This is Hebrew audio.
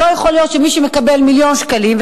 לא יכול להיות שמי שמקבל מיליון שקלים,